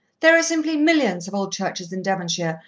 there are simply millions of old churches in devonshire,